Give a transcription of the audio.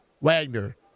Wagner